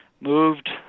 moved